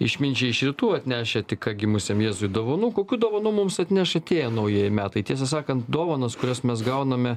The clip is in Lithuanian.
išminčiai iš rytų atnešę tik ką gimusiam jėzui dovanų kokių dovanų mums atneš šitie naujieji metai tiesą sakant dovanos kurias mes gauname